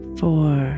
four